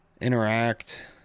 interact